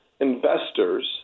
investors